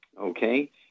okay